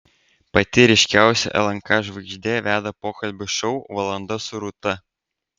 pati ryškiausia lnk žvaigždė veda pokalbių šou valanda su rūta